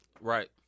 Right